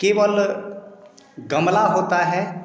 केवल गमला होता है